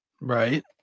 Right